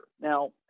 Now